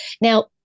now